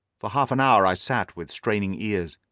for half an hour i sat with straining ears.